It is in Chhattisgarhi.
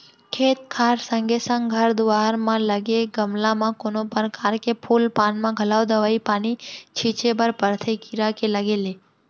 खेत खार संगे संग घर दुवार म लगे गमला म कोनो परकार के फूल पान म घलौ दवई पानी छींचे बर परथे कीरा के लगे ले